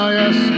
yes